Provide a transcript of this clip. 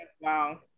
Wow